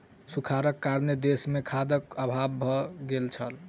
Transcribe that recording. सूखाड़क कारणेँ देस मे खाद्यक अभाव भ गेल छल